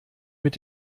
mit